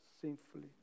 sinfully